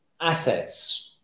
assets